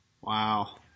wow